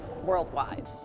worldwide